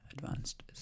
Advanced